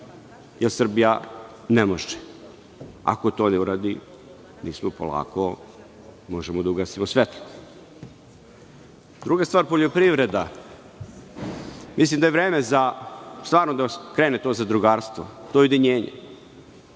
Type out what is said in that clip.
Jer, Srbija ne može, ako to ne uradi, mi polako možemo da ugasimo svetlo. Druga stvar, poljoprivreda. Mislim da je vreme da stvarno krene to zadrugarstvo, to ujedinjenje,